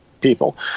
people